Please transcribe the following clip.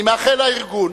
אני מאחל לארגון,